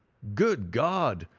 good god!